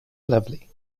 lovely